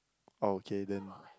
okay then